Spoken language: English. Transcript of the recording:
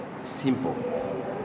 Simple